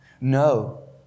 No